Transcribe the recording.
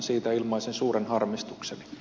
siitä ilmaisen suuren harmistukseni